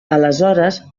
aleshores